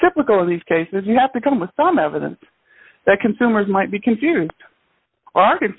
typical in these cases you have to come with some evidence that consumers might be confused are